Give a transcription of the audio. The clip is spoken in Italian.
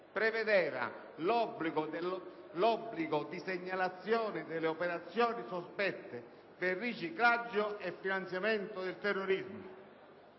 prevedeva l'obbligo di segnalazione delle operazioni sospette per riciclaggio e finanziamento del terrorismo.